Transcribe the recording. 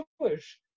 Jewish